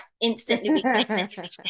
Instantly